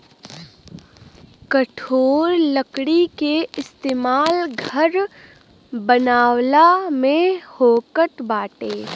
कठोर लकड़ी के इस्तेमाल घर बनावला में होखत बाटे